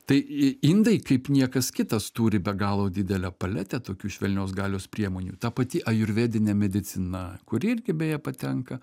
tai i indai kaip niekas kitas turi be galo didelę paletę tokių švelnios galios priemonių ta pati ajurvedinė medicina kuri irgi beje patenka